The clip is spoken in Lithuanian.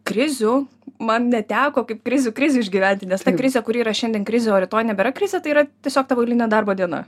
krizių man neteko kaip krizių krizių išgyventi nes ta krizė kuri yra šiandien krizė o rytoj nebėra krizė tai yra tiesiog tavo eilinė darbo diena